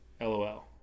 LOL